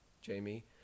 jamie